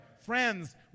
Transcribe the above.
Friends